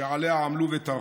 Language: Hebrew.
שעליה עמלו וטרחו,